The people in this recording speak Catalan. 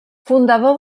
fundador